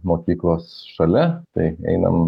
mokyklos šalia tai einam